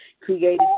created